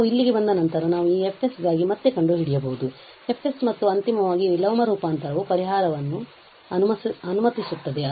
ನಾವು ಇಲ್ಲಿಗೆ ಬಂದ ನಂತರ ನಾವು ಈ F ಗಾಗಿ ಮತ್ತೆ ಕಂಡುಹಿಡಿಯಬಹುದು F ಮತ್ತು ಅಂತಿಮವಾಗಿ ವಿಲೋಮ ರೂಪಾಂತರವು ಪರಿಹಾರವನ್ನು ಅನುಮತಿಸುತ್ತದೆ